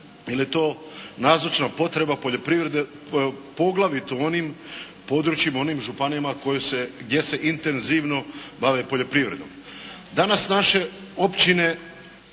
jer je to nazočna potreba poljoprivrede poglavito u onim područjima, onim županijama gdje se intenzivno bave poljoprivredom.